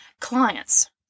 clients